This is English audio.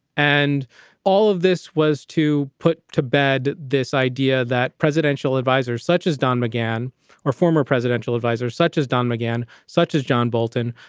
and all of this was to put to bed this idea that presidential advisers such as don mcgann or former presidential advisers such as don mcgann, such as john bolton,